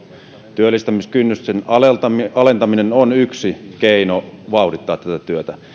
työllistämiskynnysten alentaminen on yksi keino vauhdittaa tätä työtä